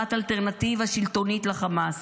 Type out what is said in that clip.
יצירת אלטרנטיבה שלטונית לחמאס.